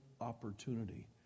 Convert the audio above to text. opportunity